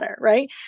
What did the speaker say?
right